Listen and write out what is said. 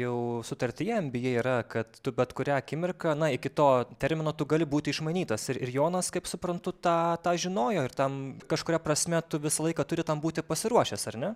jau sutartyje en by ei yra kad tu bet kurią akimirką na iki to termino tu gali būti išmainytas ir ir jonas kaip suprantu tą tą žinojo ir tam kažkuria prasme tu visą laiką turi būti pasiruošęs ar ne